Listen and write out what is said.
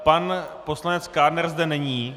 Pan poslanec Kádner zde není.